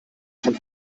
vom